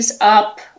Up